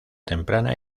temprana